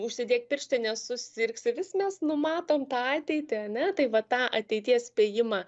užsidėk pirštines susirgsi vis mes numatom tą ateitį ane tai va tą ateities spėjimą